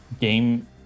game